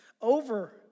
over